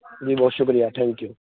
جی بہت شکریہ thank you